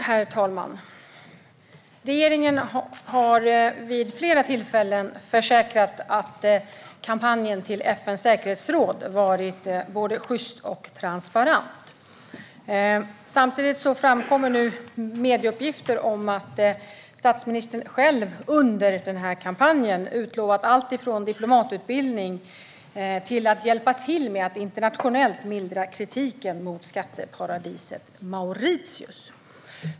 Herr talman! Regeringen har vid flera tillfällen försäkrat att kampanjen för en plats i FN:s säkerhetsråd varit både sjyst och transparent. Samtidigt framkommer det nu medieuppgifter om att statsministern själv under denna kampanj utlovat alltifrån diplomatutbildning till att hjälpa till med att internationellt mildra kritiken mot skatteparadiset Mauritius.